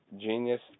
genius